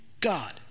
God